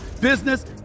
business